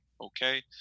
okay